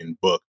book